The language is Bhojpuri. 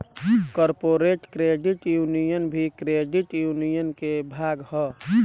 कॉरपोरेट क्रेडिट यूनियन भी क्रेडिट यूनियन के भाग ह